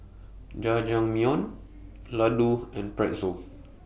Jajangmyeon Ladoo and Pretzel